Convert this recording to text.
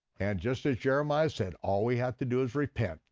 and just as jeremiah said, all we have to do is repent.